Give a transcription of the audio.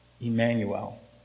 Emmanuel